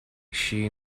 she